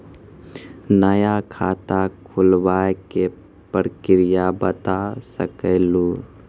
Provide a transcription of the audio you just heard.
नया खाता खुलवाए के प्रक्रिया बता सके लू?